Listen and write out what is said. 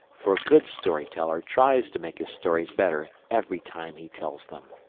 for a good story-teller tries to make his stories better every time he tells them.